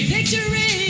Victory